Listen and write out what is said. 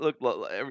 look